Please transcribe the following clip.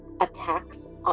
attacks